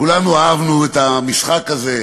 כולנו אהבנו את המשחק הזה,